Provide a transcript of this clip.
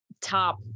top